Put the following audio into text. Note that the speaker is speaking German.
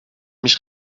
mich